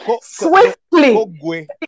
swiftly